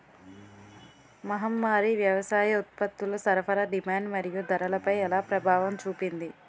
మహమ్మారి వ్యవసాయ ఉత్పత్తుల సరఫరా డిమాండ్ మరియు ధరలపై ఎలా ప్రభావం చూపింది?